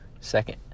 Second